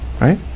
right